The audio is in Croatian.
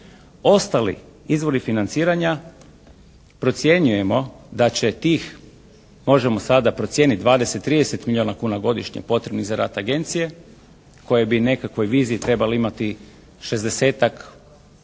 Ostali izvori financiranja procjenjujemo da će tih možemo sada procijeniti 20, 30 milijuna kuna godišnje potrebnih za rad agencije koje bi u nekakvoj viziji trebale imati šezdesetak